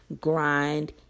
grind